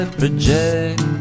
project